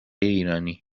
ایرانی